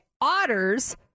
otters